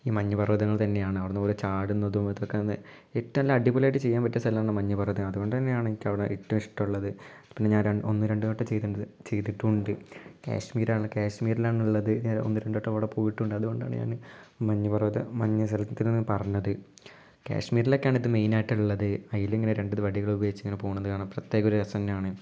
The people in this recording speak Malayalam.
ഈ മഞ്ഞ് പർവ്വതങ്ങൾ തന്നെയാണ് അവിടുന്ന് കുറേ ചാടുന്നതും ഇതൊക്കെ ഒന്ന് ഏറ്റവും നല്ല അടിപൊളി ആയിട്ട് ചെയ്യാൻ പറ്റിയ സ്ഥലമാണ് മഞ്ഞ് പർവ്വതം അതുകൊണ്ട് തന്നെയാണ് എനിക്കവിടെ ഏറ്റവും ഇഷ്ടമുള്ളത് പിന്നെ ഞാൻ ഒന്ന് രണ്ട് വട്ടം ചെയ്തിട്ടുണ്ട് ചെയ്തിട്ടുണ്ട് കാശ്മീരാണ് കാശ്മീരിലാണുള്ളത് ഒന്ന് രണ്ട് വട്ടം അവിടെ പോയിട്ടുണ്ട് അതുകൊണ്ടാണ് ഞാൻ മഞ്ഞ് പർവ്വതം മഞ്ഞ് സ്ഥലം എന്ന് പറഞ്ഞത് കാശ്മീരിലൊക്കെയാണ് ഇത് മെയിൻ ആയിട്ടുള്ളത് കയ്യിൽ ഇങ്ങനെ രണ്ട് വടികൾ ഉപയോഗിച്ചിങ്ങനെ പോവുന്നത് കാണാൻ പ്രത്യേക രസം തന്നെയാണ്